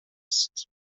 است